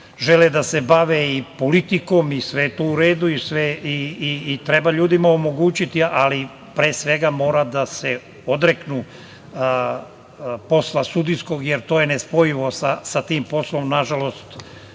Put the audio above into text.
žele da se bave politikom i sve je to u redu i treba ljudima omogućiti, ali pre svega mora da se odreknu posla sudijskog, jer to je nespojivo sa tim poslom. Nažalost,